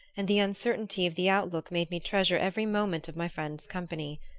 and the uncertainty of the outlook made me treasure every moment of my friend's company.